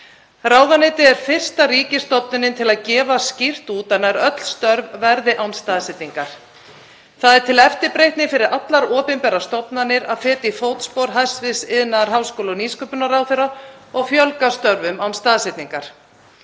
Ráðuneytið er fyrsta ríkisstofnunin til að gefa skýrt út að nær öll störf verði án staðsetningar. Það er til eftirbreytni fyrir allar opinberar stofnanir að feta í fótspor hæstv. iðnaðar-, háskóla- og nýsköpunarráðherra og fjölga störfum án staðsetningar.